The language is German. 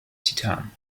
titan